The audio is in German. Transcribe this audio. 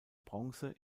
bronze